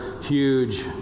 huge